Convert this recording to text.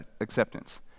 acceptance